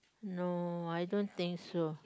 no I don't think so